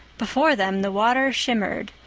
before them the water shimmered,